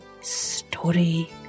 Story